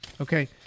okay